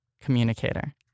communicator